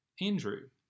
Andrew